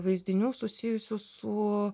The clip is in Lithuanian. vaizdinių susijusių su